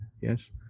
Yes